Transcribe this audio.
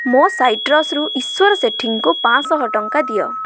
ମୋ ସାଇଟ୍ରସ୍ରୁ ଈଶ୍ୱର ସେଠୀ ଙ୍କୁ ପାଞ୍ଚଶହ ଟଙ୍କା ଦିଅ